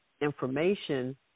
information